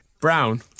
Brown